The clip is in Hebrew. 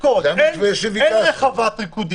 אין רחבת ריקודים.